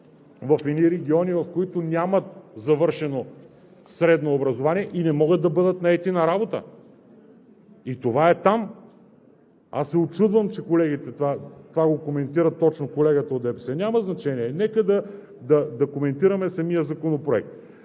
в едни региони, в които нямат завършено средно образование и не могат да бъдат наети на работа. И това е там. Аз се учудвам, че това го коментира точно колегата от ДПС. Няма значение, нека да коментираме самия законопроект.